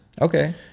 Okay